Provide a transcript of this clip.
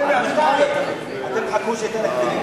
עד מתי אתם תחכו שיהיה תהליך מדיני?